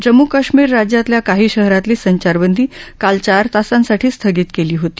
जम्मू काश्मीर राज्यातल्या काही शहरातली संचारबंदी काल चार तासांसाठी स्थगित केली होती